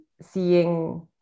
seeing